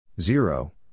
zero